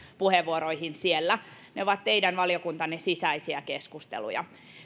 puheenvuoroihin siellä ne ovat teidän valiokuntanne sisäisiä keskusteluja